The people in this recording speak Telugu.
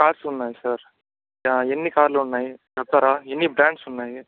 కార్స్ ఉన్నాయి సార్ ఎన్ని కార్లు ఉన్నాయి చెప్తారా ఎన్ని బ్రాండ్స్ ఉన్నాయి